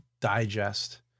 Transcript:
digest